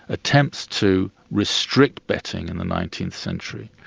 attempts to restrict betting in the nineteenth century,